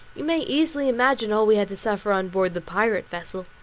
you may easily imagine all we had to suffer on board the pirate vessel.